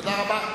תודה רבה.